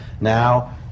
now